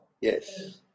Yes